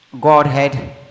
Godhead